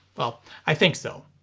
well, i think so.